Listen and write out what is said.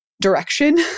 direction